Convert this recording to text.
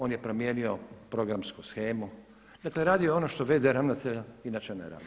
On je promijenio programsku shemu, dakle radio je ono što v.d. ravnatelja inače ne radi.